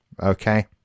Okay